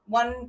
one